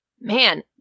Man